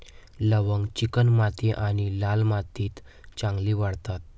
लवंग चिकणमाती आणि लाल मातीत चांगली वाढतात